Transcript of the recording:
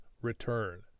return